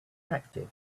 active